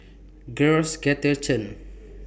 Chen